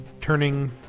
turning